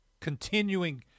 continuing